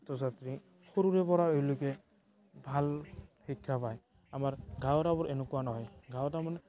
ছাত্ৰ ছাত্ৰী সৰুৰে পৰা এওঁলোকে ভাল শিক্ষা পায় আমাৰ গাঁৱৰ আমাৰ এনেকুৱা নহয় গাঁৱত মানে